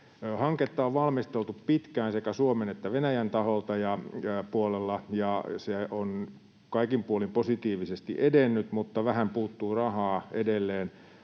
Hanketta on valmisteltu pitkään sekä Suomen että Venäjän puolella, ja se on kaikin puolin positiivisesti edennyt, mutta vähän puuttuu rahaa edelleen